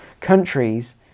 countries